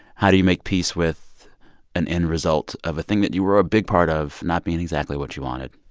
how do you make peace with an end result of a thing that you were a big part of not being exactly what you wanted?